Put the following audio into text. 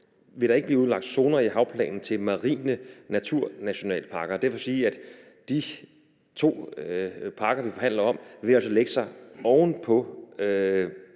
vil der ikke blive udlagt zoner i havplanen til marine naturnationalparker, og det vil sige, at det, hvad angår de to parker, vi forhandler om, vil lægge sig oven på